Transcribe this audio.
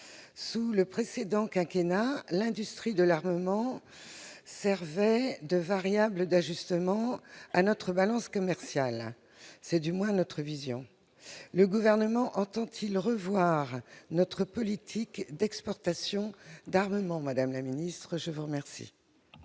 Sous le précédent quinquennat, l'industrie de l'armement servait de variable d'ajustement à notre balance commerciale, c'est du moins notre vision. Madame la ministre, le Gouvernement entend-il revoir notre politique d'exportation d'armement ? La parole est à Mme la ministre.